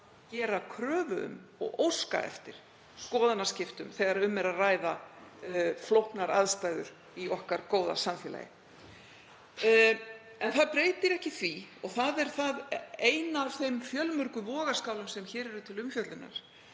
gera kröfu um og óska eftir skoðanaskiptum þegar um er að ræða flóknar aðstæður í okkar góða samfélagi. En það breytir ekki því, og það er ein af þeim fjölmörgu vogarskálum sem hér eru til umfjöllunar,